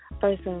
first